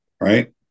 right